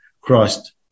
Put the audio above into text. Christ